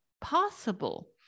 possible